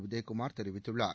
உதயகுமார் தெரிவித்துள்ளார்